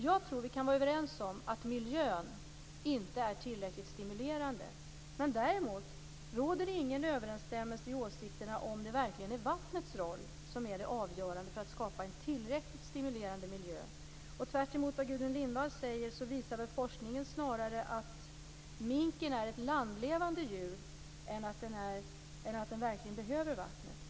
Jag tror att vi kan vara överens om att miljön inte är tillräckligt stimulerande. Däremot råder det inte någon överensstämmelse i åsikterna om det verkligen är vattnets roll som är det avgörande för att skapa en tillräckligt stimulerande miljö. Tvärtemot vad Gudrun Lindvall säger visar forskningen snarare att minken är ett landlevande djur än att den verkligen behöver vattnet.